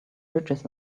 bridges